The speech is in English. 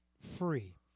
free